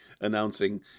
announcing